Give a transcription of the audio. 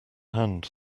hand